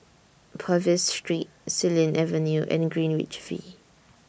Purvis Street Xilin Avenue and Greenwich V